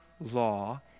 law